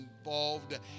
involved